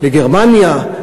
לגרמניה,